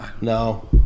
No